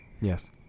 Yes